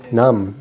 numb